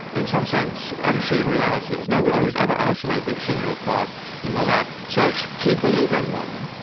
in some sense, unseen realities. nobody has ever isolated a single quark in the lab. so we believe in them,